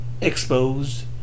exposed